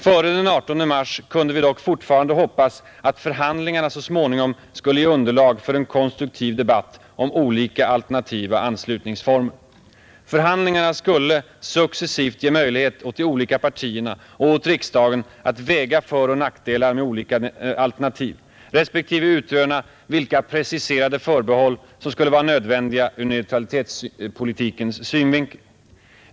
Före den 18 mars kunde vi dock fortfarande hoppas att förhandlingarna så småningom skulle ge underlag för en konstruktiv debatt om olika alternativa anslutningsformer. Förhandlingarna skulle successivt ge möjlighet åt de olika partierna och åt riksdagen att väga föroch nackdelar med olika alternativ mot varandra respektive utröna vilka preciserade förbehåll som skulle vara nödvändiga ur neutralitetspolitikens synvinkel.